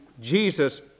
Jesus